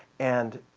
and